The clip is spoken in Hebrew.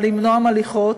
אבל בנועם הליכות.